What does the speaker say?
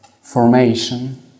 formation